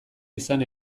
izan